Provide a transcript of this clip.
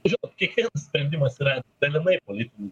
žinot kiekvienas sprendimas yra dalinai politinis